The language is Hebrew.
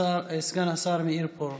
סגן השר מאיר פרוש.